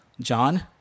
John